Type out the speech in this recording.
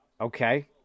Okay